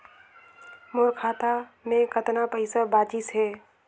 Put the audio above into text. मोर खाता मे कतना पइसा बाचिस हे?